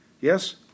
Yes